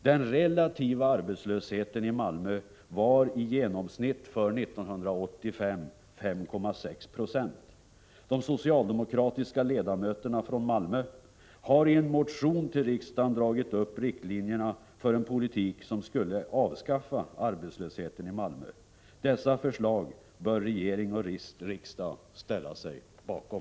Den relativa arbetslösheten i Malmö var i genomsnitt 5,6 20 under 1985. De socialdemokratiska ledamöterna från Malmö har i en motion till riksdagen dragit upp riktlinjerna för en politik som skulle leda till att arbetslösheten i Malmö avskaffades. Dessa förslag bör regering och riksdag ställa sig bakom.